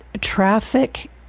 traffic